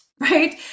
right